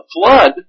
flood